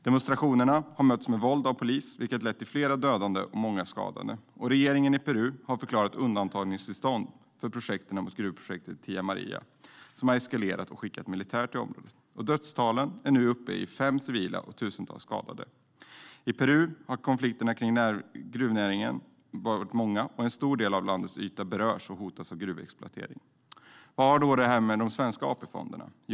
Demonstrationerna har mötts med våld av polis, vilket har lett till flera dödade och många skadade. Regeringen i Peru har förklarat undantagstillstånd sedan protesterna mot gruvprojektet Tia Maria eskalerat och har skickat militär till området. Dödstalen är nu uppe i fem civila och tusentals skadade. I Peru har konflikterna kring gruvnäringen varit många, och en stor del av landets yta berörs och hotas av gruvexploatering. Vad har detta med de svenska AP-fonderna att göra?